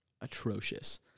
atrocious